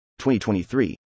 2023